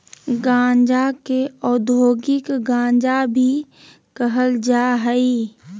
गांजा के औद्योगिक गांजा भी कहल जा हइ